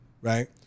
Right